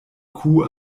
kuh